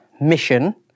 mission